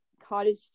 cottage